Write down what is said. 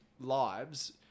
lives